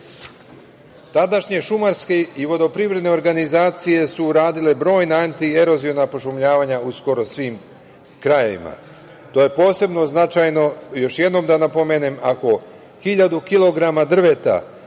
Tadašnje šumarske i vodoprivredne organizacije su uradile brojna antierozivna pošumljavanja u skoro svim krajevima. To je posebno značajno, još jednom da napomenem, ako 1.000 kilograma